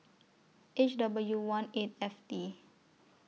H W one eight F T